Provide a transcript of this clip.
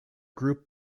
group